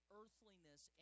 earthliness